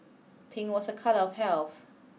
pink was a colour of health